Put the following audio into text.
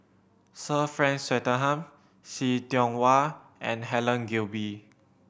Sir Frank Swettenham See Tiong Wah and Helen Gilbey